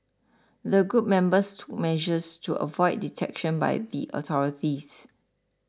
the group members took measures to avoid detection by the authorities